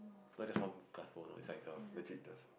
not just one glass bowl you know it's the legit does